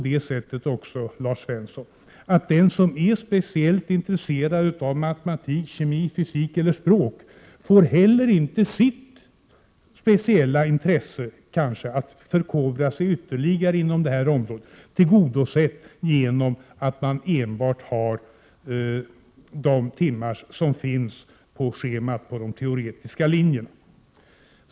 Den som är speciellt intresserad av matematik, fysik, kemi eller språk, Lars Svensson får heller inte sitt speciella intresse, att förkovra sig ytterligare inom det området, tillgodosett i och med de timmar som finns på schemat på de teoretiska linjerna.